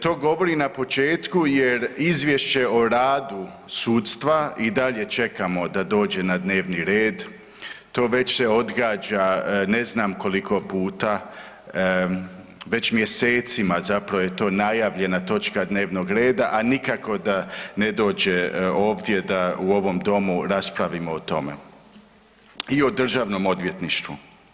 To govorim na početku jer izvješće o radu sudstva i dalje čekamo da dođe na dnevni red, to već se odgađa ne znam koliko puta, već mjesecima je zapravo to najavljena točka dnevnog reda, a nikako da ne dođe ovdje da u ovom domu raspravimo o tome i o Državnom odvjetništvu.